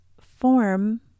form